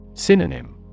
Synonym